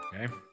Okay